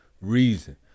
reason